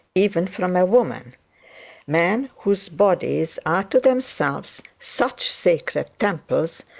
even from a woman men whose bodies are to themselves such sacred temples,